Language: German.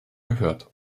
gehört